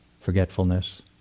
forgetfulness